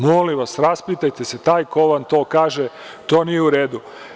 Molim vas, raspitajte se, taj ko vam to kaže, to nije u redu.